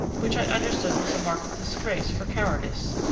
which i understood was a mark of disgrace for cowardice.